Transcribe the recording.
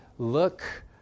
Look